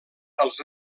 els